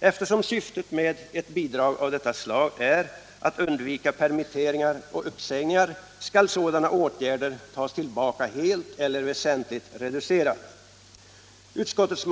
Eftersom syftet med ett bidrag av detta slag är att undvika permitteringar och uppsägningar skall sådana åtgärder tas tillbaka helt eller väsentligt reduceras.